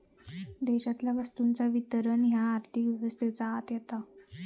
देशातल्या वस्तूंचा वितरण ह्या आर्थिक व्यवस्थेच्या आत येता